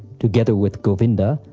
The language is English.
together with govinda,